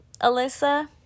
Alyssa